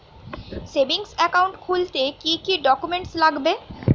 Savings account খুলতে কি কি ডকুমেন্টস লাগবে?